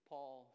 Paul